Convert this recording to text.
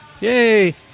yay